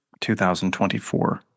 2024